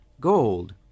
Gold